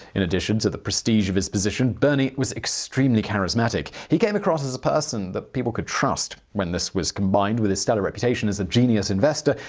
in addition to the prestige of his position, bernie was extremely charismatic. he came across as a person that people could trust. when this was combined with his stellar reputation as a genius investor,